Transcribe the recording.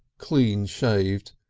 clean shaved,